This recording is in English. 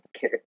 care